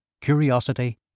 curiosity